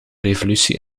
revolutie